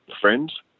Friends